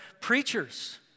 preachers